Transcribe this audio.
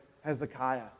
Hezekiah